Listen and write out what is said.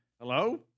hello